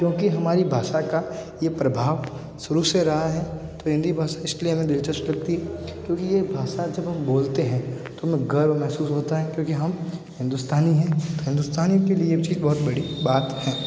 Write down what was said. क्योंकि हमारी भाषा का ये प्रभाव शुरू से रहा है तो हिंदी भाषा इसलिए हमें दिलचस्प लगती है क्योंकि ये भाषा जब हम बोलते हैं तो हमें गर्व महसूस होता है क्योंकि हम हिंदुस्तानी हैं हिंदुस्तानियों के लिए बहुत बड़ी बात हैं